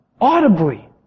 audibly